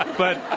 but ah